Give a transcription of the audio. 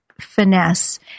finesse